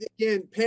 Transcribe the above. again